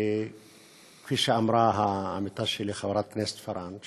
כפי שאמרה העמיתה שלי חברת הכנסת פארן,